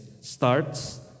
starts